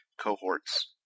cohorts